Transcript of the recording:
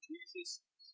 Jesus